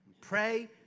Pray